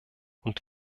und